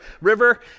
River